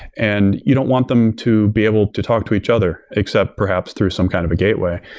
and you don't want them to be able to talk to each other, except perhaps through some kind of gateway.